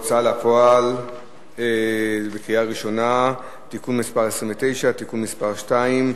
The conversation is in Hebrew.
ההוצאה לפועל (תיקון מס' 29) (תיקון מס' 2),